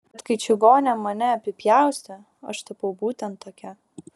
bet kai čigonė mane apipjaustė aš tapau būtent tokia